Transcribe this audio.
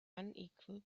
unequal